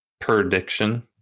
prediction